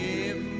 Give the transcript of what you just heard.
Give